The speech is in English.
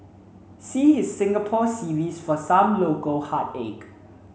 see his Singapore series for some local heartache